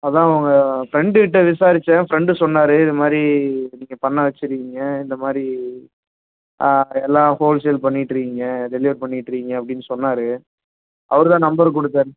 அதுதான் உங்கள் ஃப்ரெண்டு கிட்டே விசாரித்தேன் ஃப்ரெண்டு சொன்னார் இது மாதிரி நீங்கள் பண்ண வைச்சுருக்கீங்க இந்த மாதிரி ஆ எல்லாம் ஹோல் சேல் பண்ணிகிட்ருக்கீங்க டெலிவரி பண்ணிகிட்ருக்கீங்க அப்படினு சொன்னார் அவர் தான் நம்பர் கொடுத்தாரு